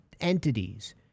entities